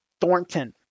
Thornton